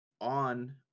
on